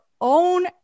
own